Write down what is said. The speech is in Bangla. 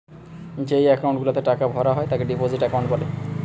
যেই একাউন্ট গুলাতে টাকা ভরা হয় তাকে ডিপোজিট একাউন্ট বলে